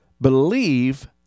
believe